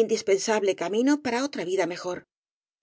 indis pensable camino para otra vida mejor